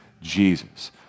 Jesus